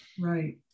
Right